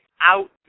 out